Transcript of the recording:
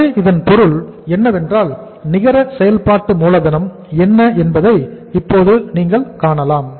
எனவே இதன் பொருள் என்னவென்றால் நிகர செயல்பாட்டு மூலதனம் என்ன என்பதை இப்போது நீங்கள் காணலாம்